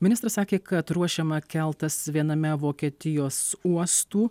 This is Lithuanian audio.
ministras sakė kad ruošiama keltas viename vokietijos uostų